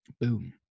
Boom